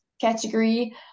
category